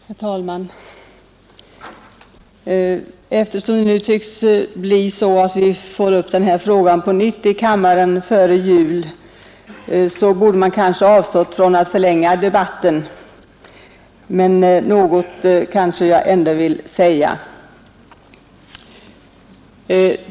Herr talman! Eftersom det tycks bli så att vi får upp denna fråga på nytt här i kammaren före jul borde jag kanske avstått från att förlänga debatten, men något vill jag ändå säga nu.